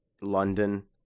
London